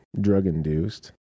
drug-induced